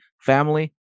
family